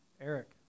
Eric